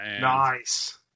Nice